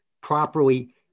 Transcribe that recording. properly